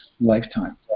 lifetime